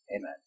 Amen